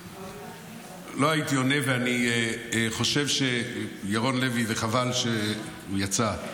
לא הייתי עונה, וחבל שירון לוי יצא.